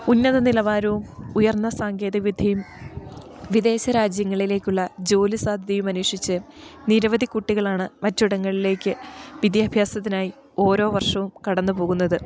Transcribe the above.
ഉന്നത നിലവാരവും ഉയർന്ന സാങ്കേതിക വിദ്യയും വിദേശ രാജ്യങ്ങളിലേക്കുള്ള ജോലി സാധ്യതയും അന്വേഷിച്ച് നിരവധി കുട്ടികളാണ് മറ്റ് ഇടങ്ങളിലേക്ക് വിദ്യാഭ്യാസത്തിനായി ഓരോ വർഷവും കടന്നു പോകുന്നത്